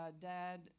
dad